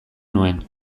nuen